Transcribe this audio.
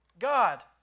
God